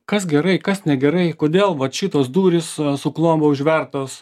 kas gerai kas negerai kodėl vat šitos durys su klomba užvertos